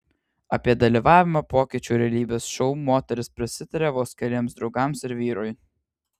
apie dalyvavimą pokyčių realybės šou moteris prasitarė vos keliems draugams ir vyrui